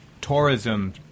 tourism